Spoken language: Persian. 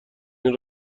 این